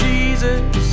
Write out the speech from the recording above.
Jesus